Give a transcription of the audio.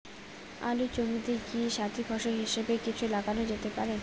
আলুর জমিতে কি সাথি ফসল হিসাবে কিছু লাগানো যেতে পারে?